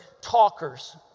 talkers